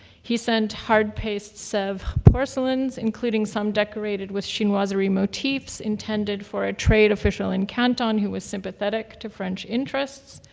he sent hard paste sevres porcelains, including some decorated with chinoiserie motifs intended for a trade official in canton who was sympathetic to french interests,